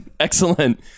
Excellent